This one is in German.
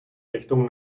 richtung